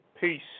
Peace